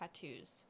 tattoos